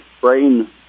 brain